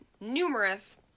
numerous